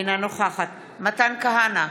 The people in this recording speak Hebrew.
אינה נוכחת מתן כהנא,